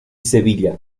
sevilla